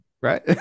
Right